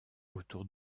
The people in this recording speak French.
autour